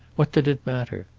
what did it matter?